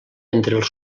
entre